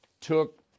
took